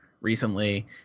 recently